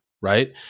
right